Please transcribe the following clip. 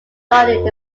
garden